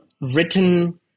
written